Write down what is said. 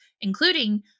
including